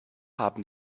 haben